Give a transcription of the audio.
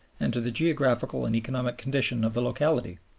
and to the geographical and economic conditions of the locality.